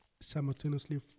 simultaneously